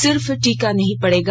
सिर्फ टीका नहीं पड़ेगा